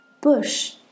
bush